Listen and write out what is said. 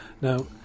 Now